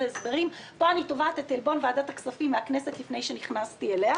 הסברים פה אני תובעת את עלבון ועדת הכספים בכנסת לפני שנכנסתי אליה